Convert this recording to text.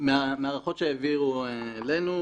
מהערכות שהעבירו אלינו,